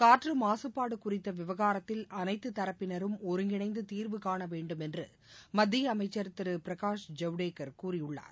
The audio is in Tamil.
காற்று மாசுபாடு குறித்த விவகாரத்தில் அனைத்து தரப்பினரும் ஒருங்கிணைந்து தீர்வு காணவேண்டும் என்று மத்திய அமைச்சர் திரு பிரகாஷ் ஜவடேகர் கூறியுள்ளார்